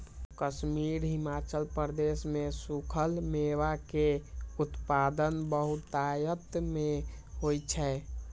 कश्मीर, हिमाचल प्रदेश मे सूखल मेवा के उत्पादन बहुतायत मे होइ छै